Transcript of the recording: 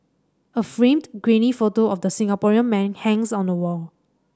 a framed grainy photo of the Singaporean man hangs on the wall